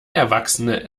erwachsene